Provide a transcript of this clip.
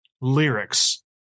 lyrics